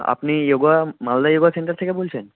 আপনি yoga Malda yoga centre থেকে বলছেন